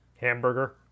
Hamburger